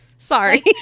Sorry